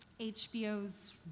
HBO's